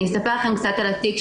אני אספר לכם קצת על התיק,